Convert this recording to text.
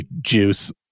juice